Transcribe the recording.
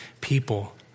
people